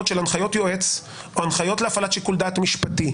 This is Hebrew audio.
של הנחיות יועץ או הנחיות להפעלת שיקול דעתי משפטי,